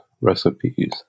Recipes